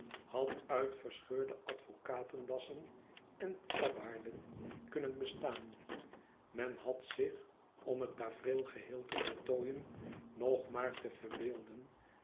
had uit verscheurde advocaten dassen en tabbaarden kunnen bestaan men had zich om het tafereel geheel te voltooien nog maar te verbeelden